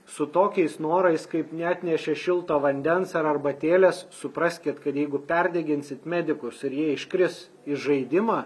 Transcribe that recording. su tokiais norais kaip neatnešė šilto vandens ar arbatėlės supraskit kad jeigu perdeginsit medikus ir jie iškris iš žaidimą